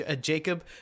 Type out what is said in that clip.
Jacob